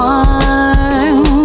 one